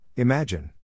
Imagine